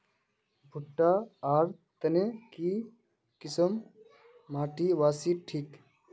भुट्टा र तने की किसम माटी बासी ठिक?